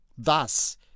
Thus